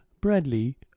bradley